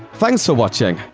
thanks for watching!